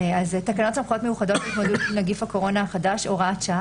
תקנות סמכויות מיוחדות להתמודדות עם נגיף הקורונה החדש) (הוראת שעה)